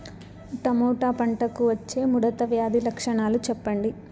Tomato పంటకు వచ్చే ముడత వ్యాధి లక్షణాలు చెప్పండి?